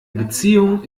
beziehung